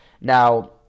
Now